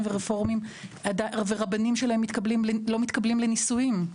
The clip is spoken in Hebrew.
ורפורמיים ורבנים שלהם לא מתקבלים לנישואים,